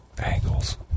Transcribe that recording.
angles